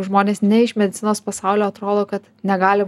žmonės ne iš medicinos pasaulio atrodo kad negali